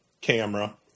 camera